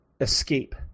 escape